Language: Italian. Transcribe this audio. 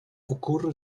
occorre